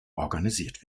organisiert